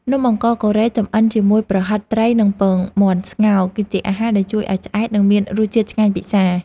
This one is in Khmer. នំអង្ករកូរ៉េចម្អិនជាមួយប្រហិតត្រីនិងពងមាន់ស្ងោរគឺជាអាហារដែលជួយឱ្យឆ្អែតនិងមានរសជាតិឆ្ងាញ់ពិសារ។